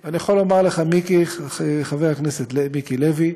אני יכול לומר לך, חבר הכנסת מיקי לוי,